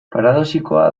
paradoxikoa